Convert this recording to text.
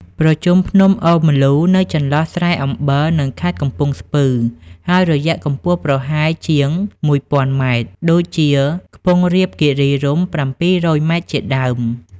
ប្រជុំភ្នំអូរម្លូ នៅចន្លោះស្រែអំបិល និងខេត្តកំពង់ស្ពឺ ហើយរយៈកម្ពស់ប្រហែលជាង១ ០០០ ម ដូចជា ខ្ពង់រាបគិរីរម្យ ៧០០ ម៉ែត្រ ជាដើម ។